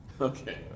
Okay